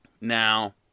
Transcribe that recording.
Now